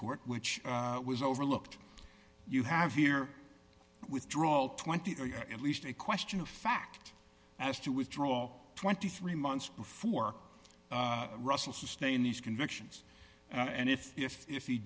court which was overlooked you have here with drawl twenty or at least a question of fact as to withdraw twenty three months before russell sustain these convictions and if if if he